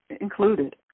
included